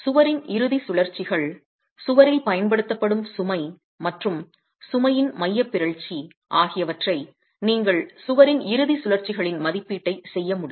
சுவரின் இறுதிச் சுழற்சிகள் சுவரில் பயன்படுத்தப்படும் சுமை மற்றும் சுமையின் மையப் பிறழ்ச்சி ஆகியவற்றை நீங்கள் சுவரின் இறுதிச் சுழற்சிகளின் மதிப்பீட்டைச் செய்ய முடியும்